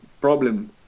problem